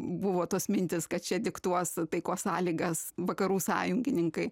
buvo tos mintys kad čia diktuos taikos sąlygas vakarų sąjungininkai